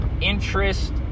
interest